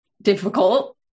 difficult